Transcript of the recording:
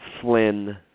Flynn